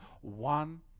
one